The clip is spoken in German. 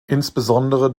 insbesondere